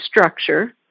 structure